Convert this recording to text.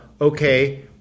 okay